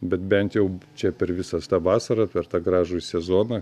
bet bent jau čia per visas tą vasarą per tą gražųjį sezoną